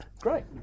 great